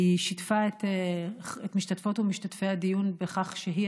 שיתפה את משתתפות ומשתתפי הדיון בכך שהיא